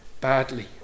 badly